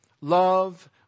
love